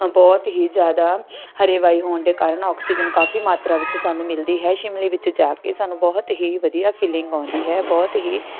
ਬਹੁਤ ਹੀ ਜ਼ਿਆਦਾ ਹਰੇਵਾਈ ਹੋਣ ਦੇ ਕਾਰਨ ਆਕਸੀਜਨ ਕਾਫੀ ਮਾਤਰਾ ਵਿੱਚ ਸਾਨੂੰ ਮਿਲਦੀ ਹੈ ਸ਼ਿਮਲੇ ਵਿੱਚ ਜਾ ਕੇ ਸਾਨੂੰ ਬਹੁਤ ਹੀ ਵਧੀਆ ਫੀਲਿੰਗ ਆਉਂਦੀ ਹੈ ਬਹੁਤ ਹੀ